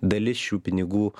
dalis šių pinigų